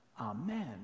Amen